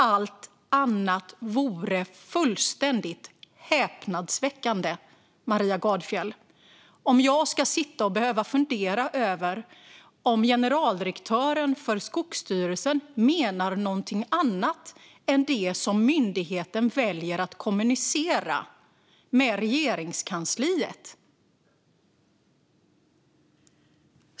Allt annat vore fullständigt häpnadsväckande, Maria Gardfjell, som att jag ska sitta och behöva fundera över om generaldirektören för Skogsstyrelsen menar någonting annat än det som myndigheten väljer att kommunicera med Regeringskansliet.